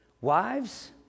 Wives